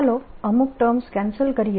ચાલો અમુક terms cancel કરીએ